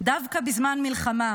דווקא בזמן מלחמה,